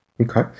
Okay